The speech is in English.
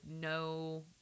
no